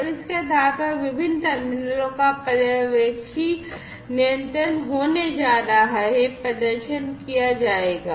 और इसके आधार पर विभिन्न टर्मिनलों का पर्यवेक्षी नियंत्रण होने जा रहा है प्रदर्शन किया जाएगा